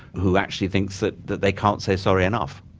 who actually thinks that that they can't say sorry enough,